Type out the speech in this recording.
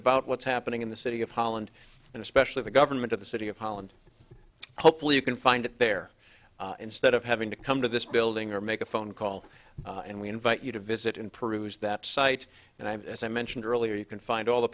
about what's happening in the city of holland and especially the government of the city of holland hopefully you can find it there instead of having to come to this building or make a phone call and we invite you to visit in peru's that site and i'm as i mentioned earlier you can find all the